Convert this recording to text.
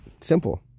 Simple